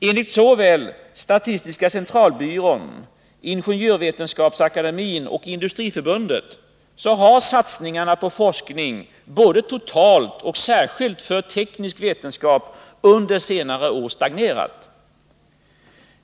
Enligt såväl statistiska centralbyrån, Ingenjörsvetenskapsakademin som Industriförbundet har satsningarna på forskning, både totalt och särskilt för teknisk vetenskap, under senare år stagnerat.